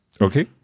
Okay